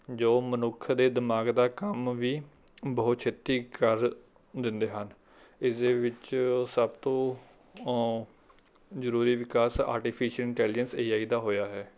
ਜੋ ਮਨੁੱਖ ਦੇ ਦਿਮਾਗ ਦਾ ਕੰਮ ਵੀ ਬਹੁਤ ਛੇਤੀ ਕਰ ਦਿੰਦੇ ਹਨ ਇਸਦੇ ਵਿੱਚ ਸਭ ਤੋਂ ਜ਼ਰੂਰੀ ਵਿਕਾਸ ਆਰਟੀਫਿਸ਼ਲ ਇੰਟੈਲੀਜੈਂਸ ਏ ਆਈ ਦਾ ਹੋਇਆ ਹੈ